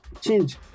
change